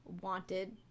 wanted